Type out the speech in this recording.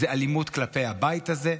זו אלימות כלפי הבית הזה,